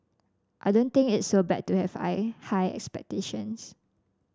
I don't think it's so bad to have high expectations